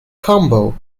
combo